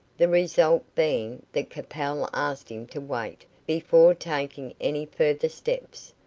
the result being that capel asked him to wait before taking any further steps,